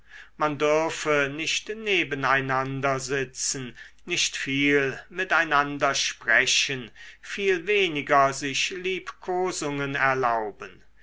man dürfe nicht neben einander sitzen nicht viel mit einander sprechen viel weniger sich liebkosungen erlauben